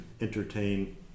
entertain